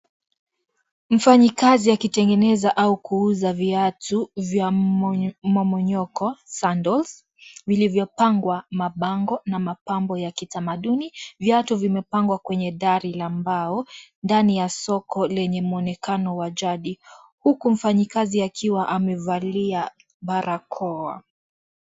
Mfanyikazi akitengeneza au kuuza viatu vya mmomonyoko, sandals , vilivyopangwa mabango na mapambo ya kitamaduni. Viatu vimepangwa kwenye dari la mbao, ndani ya soko lenye mwonekano wa jadi. Huku mfanyikazi akiwa amevalia barakoa.